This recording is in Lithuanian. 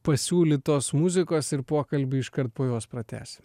pasiūlytos muzikos ir pokalbį iškart po jos pratęsim